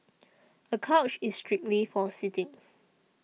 a couch is strictly for sitting